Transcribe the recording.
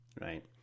right